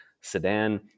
sedan